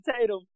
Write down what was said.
Tatum